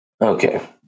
Okay